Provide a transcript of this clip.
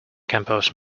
compose